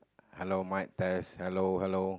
hello mic test hello hello